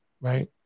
right